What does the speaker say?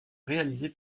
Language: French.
réalisée